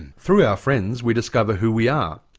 and through our friends we discover who we are.